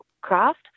craft